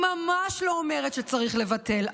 היא ממש לא אומרת שצריך לבטל,